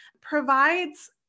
provides